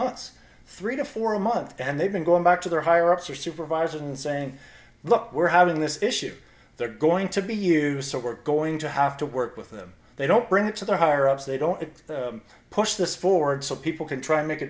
us three to four a month and they've been going back to their higher ups or supervisors and saying look we're having this issue they're going to be use or we're going to have to work with them they don't bring it to the higher ups they don't push this forward so people can try to make a